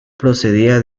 procedía